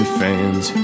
fans